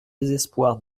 désespoir